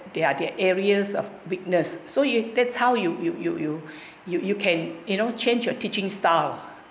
they are the areas of weakness so you that's how you you you you you you can you know change your teaching style